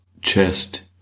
chest